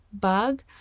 bug